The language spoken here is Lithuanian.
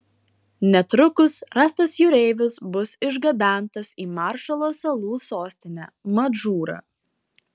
netrukus rastas jūreivis bus išgabentas į maršalo salų sostinę madžūrą